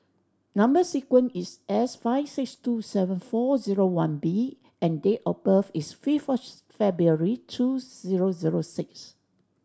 number sequence is S five six two seven four zero one B and date of birth is fifth February two zero zero six